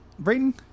Brayden